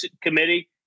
committee